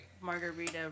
margarita